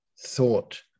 thought